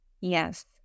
Yes